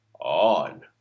on